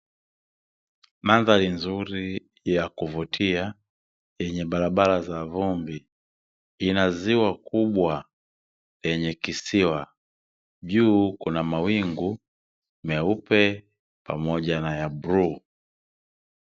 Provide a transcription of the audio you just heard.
Mandhari nzuri ya kuvutia yenye barabara za vumbi ina ziwa kubwa yenye kisiwa, juu kuna mawingu meupe pamoja na ya bluu.